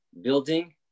building